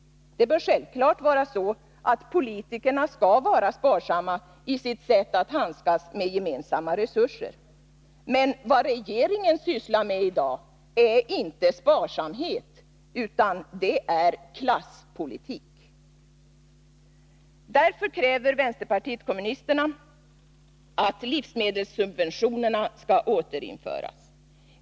Det bör vara självklart att politikerna skall vara sparsamma ii sitt sätt att handskas med gemensamma resurser. Men vad regeringen sysslar med i dag är inte sparsamhet — det är klasspolitik. Därför kräver vpk att livsmedelssubventionerna skall återinföras.